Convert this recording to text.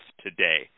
today